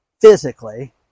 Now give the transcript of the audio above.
physically